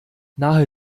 nahe